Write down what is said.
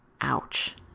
Ouch